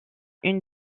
une